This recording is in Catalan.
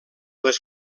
les